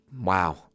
wow